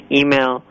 email